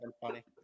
funny